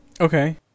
Okay